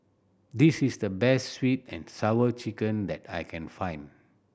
this is the best Sweet And Sour Chicken that I can find